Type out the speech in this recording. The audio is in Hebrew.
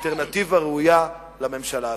אלטרנטיבה ראויה לממשלה הזאת.